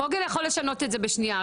פוגל יכול לשנות את זה בשנייה,